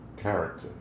character